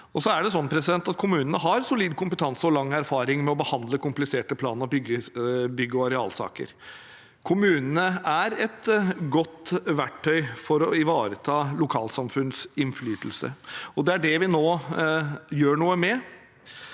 for beslutningene. Kommunene har solid kompetanse og lang erfaring med å behandle kompliserte plan-, bygge- og arealsaker. Kommunene er et godt verktøy for å ivareta lokalsamfunnets innflytelse, og det er det vi nå gjør noe med.